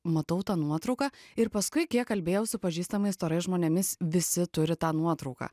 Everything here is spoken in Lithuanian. matau tą nuotrauką ir paskui kiek kalbėjau su pažįstamais storais žmonėmis visi turi tą nuotrauką